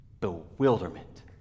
bewilderment